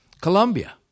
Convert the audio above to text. Colombia